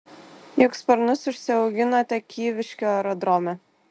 juk sparnus užsiauginote kyviškių aerodrome